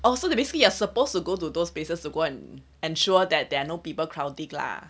oh so the basically you're supposed to go to those places again ensure that there are no people crowding lah